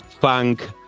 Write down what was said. funk